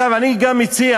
אני גם מציע